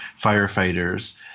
firefighters